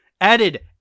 added